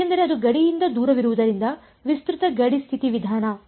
ಏಕೆಂದರೆ ಅದು ಗಡಿಯಿಂದ ದೂರವಿರುವುದರಿಂದ ವಿಸ್ತೃತ ಗಡಿ ಸ್ಥಿತಿ ವಿಧಾನ